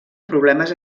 problemes